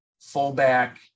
fullback